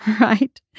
right